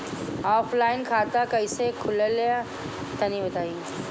Offline खाता कइसे खुलेला तनि बताईं?